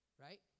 right